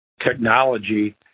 technology